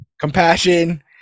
compassion